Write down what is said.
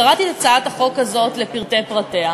קראתי את הצעת החוק הזאת לפרטי פרטיה.